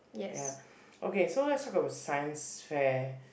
ya okay so let's talk about science fair